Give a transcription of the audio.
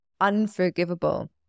unforgivable